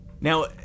Now